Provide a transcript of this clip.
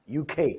UK